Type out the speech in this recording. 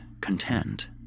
content